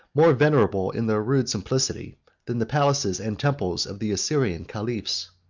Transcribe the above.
more venerable in their rude simplicity than the palaces and temples of the assyrian caliphs.